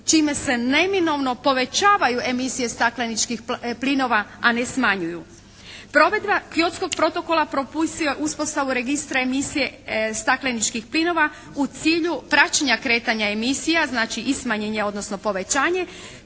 čime se neminovno povećavaju emisije stakleničkih plinova a ne smanjuju. Provedba Kyotskog protokola propisuje uspostavu registra emisije stakleničkih plinova u cilju praćenja kretanja emisija znači i smanjenje odnosno povećanje